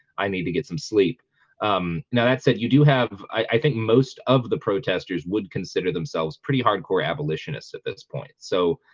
i need to get some sleep um, now that said you do have i think most of the protesters would consider themselves pretty hardcore abolitionists at this point. so